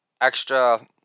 extra